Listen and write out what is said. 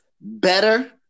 better